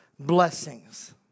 Blessings